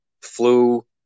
flu